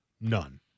None